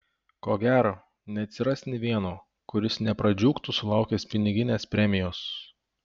ko gero neatsiras nė vieno kuris nepradžiugtų sulaukęs piniginės premijos